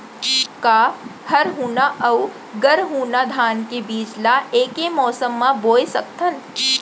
का हरहुना अऊ गरहुना धान के बीज ला ऐके मौसम मा बोए सकथन?